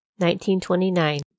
1929